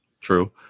True